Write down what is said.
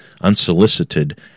unsolicited